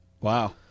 Wow